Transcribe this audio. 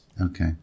Okay